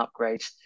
upgrades